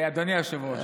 אדוני היושב-ראש, תודה.